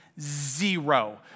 zero